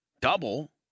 Double